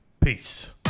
Peace